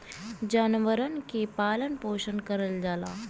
जानवरन के पालन पोसन करल जाला